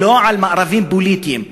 ולא על מארבים פוליטיים.